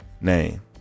name